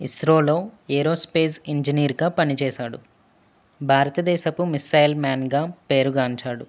ఇస్రోలో aerospace ఇంజనీర్గా పనిచేశాడు భారత దేశపు మిస్సైల్ మ్యాన్గా పేరుగాంచాడు